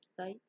website